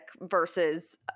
versus